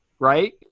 right